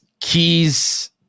keys